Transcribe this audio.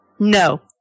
No